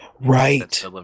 right